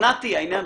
נתי, תודה.